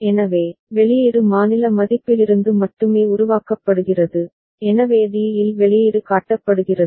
எனவே வெளியீடு மாநில மதிப்பிலிருந்து மட்டுமே உருவாக்கப்படுகிறது எனவே d இல் வெளியீடு காட்டப்படுகிறது